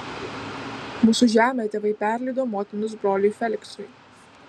mūsų žemę tėvai perleido motinos broliui feliksui